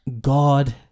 God